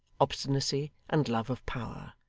obstinacy, and love of power.